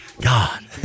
God